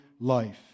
life